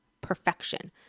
perfection